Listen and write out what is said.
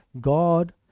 God